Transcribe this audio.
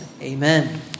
Amen